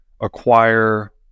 acquire